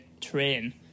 train